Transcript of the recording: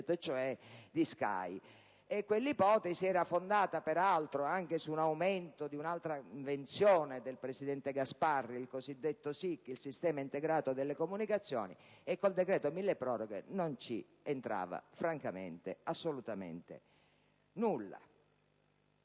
Quell'ipotesi era fondata, peraltro, anche su un aumento di un'altra invenzione del presidente Gasparri, il cosiddetto SIC, il sistema integrato delle comunicazioni, che con il decreto milleproroghe francamente non c'entrava assolutamente nulla.